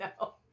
No